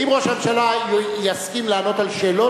אם ראש הממשלה יסכים לענות על שאלות,